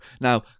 Now